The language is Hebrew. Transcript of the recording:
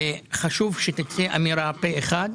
חשוב שתצא אמירה פה אחד,